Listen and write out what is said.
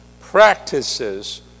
practices